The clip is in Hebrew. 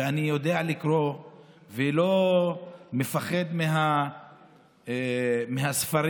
ואני יודע לקרוא ולא מפחד מהספרים,